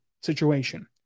situation